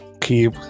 keep